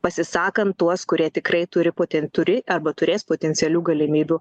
pasisakant tuos kurie tikrai turi poten turi arba turės potencialių galimybių